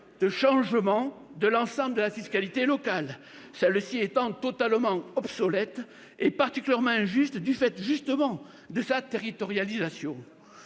de changement de l'ensemble de la fiscalité locale, celle-ci étant totalement obsolète et particulièrement injuste du fait précisément de sa territorialisation.